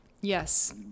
Yes